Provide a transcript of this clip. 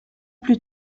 plus